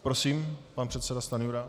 Prosím, pan předseda Stanjura.